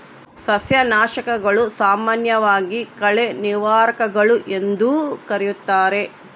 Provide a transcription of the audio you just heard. ಸಸ್ಯನಾಶಕಗಳು, ಸಾಮಾನ್ಯವಾಗಿ ಕಳೆ ನಿವಾರಕಗಳು ಎಂದೂ ಕರೆಯುತ್ತಾರೆ